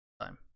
time